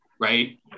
right